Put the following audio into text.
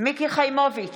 מיקי חיימוביץ'